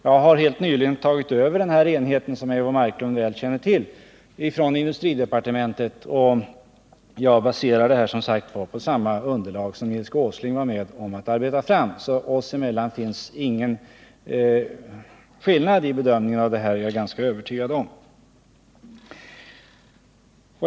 Jag har helt nyligen tagit över denna enhet från industridepartementet, som Eivor Marklund väl känner till, och jag baserar svaret på samma underlag som Nils G. Åsling var med om att arbeta fram. Oss emellan finns ingen skillnad i bedömning av detta, det är jag helt övertygad om.